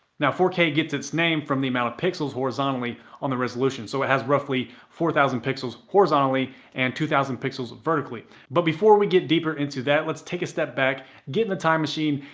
now, four k gets its name from the amount of pixels horizontally on the resolution. so it has roughly four thousand pixels horizontally and two thousand pixels vertically. but before we get deeper into that, let's take step back, get in the time machine,